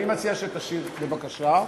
אני מציע שתשיב על הבקשה,